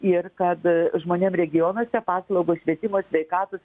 ir kad žmonėm regionuose paslaugos švietimo sveikatos